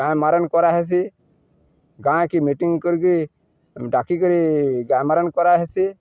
ଗାଁ ମାରଣ କରା ହେସି ଗାଁକି ମିଟିଂ କରିକି ଡାକ କରି ଗାଁ ମାରଣ କରା ହେସି